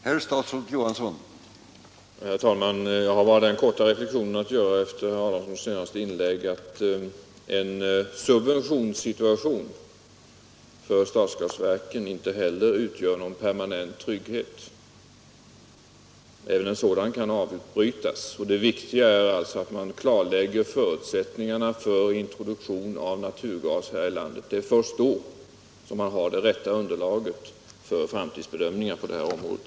Herr talman! Jag har efter herr Adamssons senaste inlägg bara den korta reflexionen att göra att inte heller en subventionssituation för stadsgasverken utgör någon permanent trygghet. Även en sådan kan avbrytas. Det viktiga är alltså att man klarlägger förutsättningarna för introduktion av naturgas här i landet. Först då får man det rätta underlaget för framtidsbedömningar på det här området.